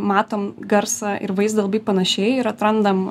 matom garsą ir vaizdą labai panašiai ir atrandam